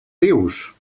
dius